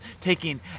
taking